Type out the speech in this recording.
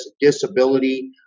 disability